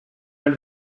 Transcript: elle